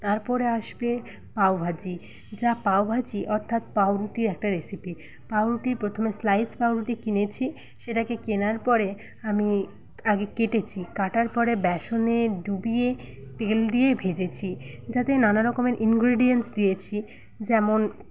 তারপরে আসবে পাও ভাজি যা পাও ভাজি অর্থাৎ পাউরুটির একটা রেসিপি পাউরুটি প্রথমে স্লাইস পাউরুটি কিনেছি সেটাকে কেনার পরে আমি আগে কেটেছি কাটার পরে বেসনে ডুবিয়ে তেল দিয়ে ভেজেছি যাতে নানারকমের ইনগ্রেডিয়েন্স দিয়েছি যেমন